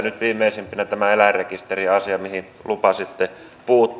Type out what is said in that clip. nyt viimeisimpänä on tämä eläinrekisteriasia mihin lupasitte puuttua